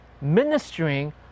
ministering